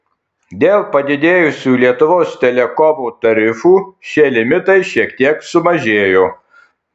dėl padidėjusių lietuvos telekomo tarifų šie limitai šiek tiek sumažėjo